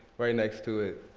right next to it,